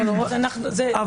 מתקינים את זה לשנים.